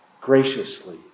graciously